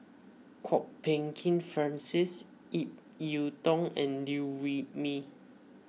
Kwok Peng Kin Francis Ip Yiu Tung and Liew Wee Mee